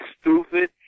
stupid